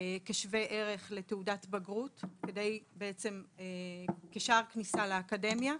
כשווה ערך לתעודת בגרות כשער כניסה לאקדמיה.